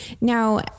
Now